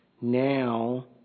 Now